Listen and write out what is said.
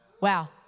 wow